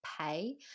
pay